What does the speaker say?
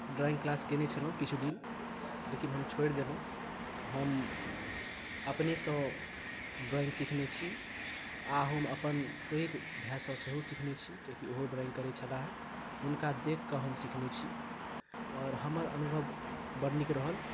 drawing class कयने छलहुॅं किछु दिन लेकिन हम छोड़ि देलहुॅं हम अपनेसॅं ड्राइंग सीखने छी आ हम अपन पैघ भाइसँ सेहो सीखने छी कियाकि ओहो ड्राइंग करै छलाहे हुनका देख कऽ हम सीखने छी आओर हमर अनुभव बड्ड नीक रहल